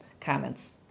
comments